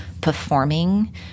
performing